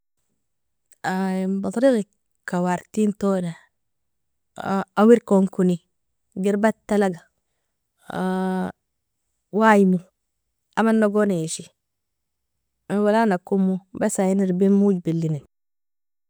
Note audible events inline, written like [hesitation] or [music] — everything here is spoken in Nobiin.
[hesitation] enbatrigi kawartin tona, awirgon kuni girbata galag, [hesitation] waimo amanogon ishi wala nakomo basa iniribin mojbela